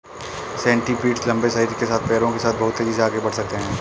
centipedes लंबे शरीर के साथ पैरों के साथ बहुत तेज़ी से आगे बढ़ सकते हैं